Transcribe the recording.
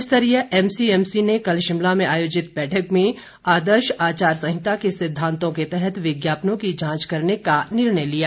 राज्य स्तरीय एमसीएमसी ने कल शिमला में आयोजित बैठक में आदर्श आचार संहिता के सिद्धांतों के तहत विज्ञापनों की जांच करने का निर्णय लिया